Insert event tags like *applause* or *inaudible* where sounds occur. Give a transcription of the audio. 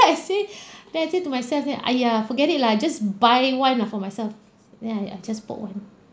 then I said *breath* then I said to myself said !aiya! forget it lah just buy one lah myself then I I just bought one